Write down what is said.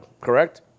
correct